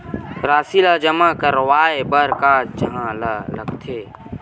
राशि ला जमा करवाय बर कहां जाए ला लगथे